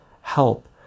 help